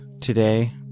today